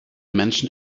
menschen